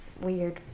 weird